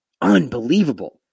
Unbelievable